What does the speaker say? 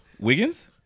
Wiggins